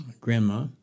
grandma